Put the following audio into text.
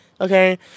Okay